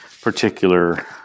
particular